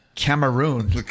Cameroon